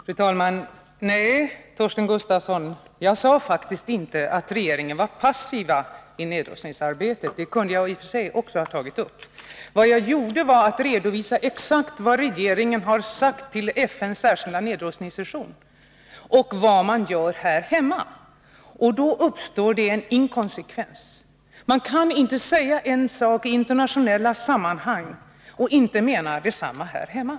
Fru talman! Nej, Torsten Gustafsson, jag sade faktiskt inte att regeringen var passiv i nedrustningsarbetet. Det kunde jag i och för sig också ha tagit upp. Det jag gjorde var att redovisa exakt vad regeringen har sagt vid FN:s särskilda nedrustningssession och vad man gör här hemma. Då uppstår en inkonsekvens. Man kan inte säga en sak i internationella sammanhang och inte mena detsamma här hemma.